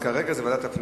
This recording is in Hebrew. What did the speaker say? כרגע זה לוועדת הפנים.